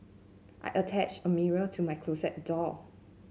I attached a mirror to my closet door